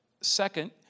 Second